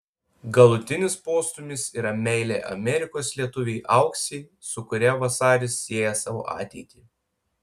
galutinis postūmis yra meilė amerikos lietuvei auksei su kuria vasaris sieja savo ateitį